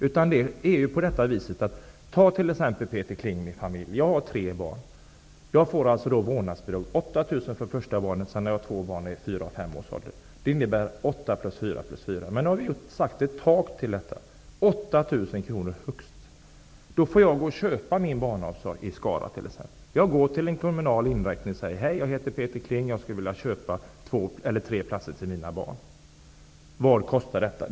Jag tar Peter Kling med familj som exempel. Jag har tre barn. Jag får alltså då 8 000 kr i vårdnadsbidrag för det första barnet. Jag har två barn i fyra och femårsåldern. Det innebär att jag skulle få 8 000 plus 4 000 plus 4 000. Nu har vi satt ett tak på bidraget. Man får högst 8 000 kr. Jag får gå och köpa min barnomsorg i t.ex. Skara. Jag går till en kommunal inrättning och säger: ''Hej! Jag heter Peter Kling. Jag skulle vilja köpa tre platser till mina barn. Vad kostar detta?''